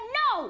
no